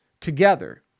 together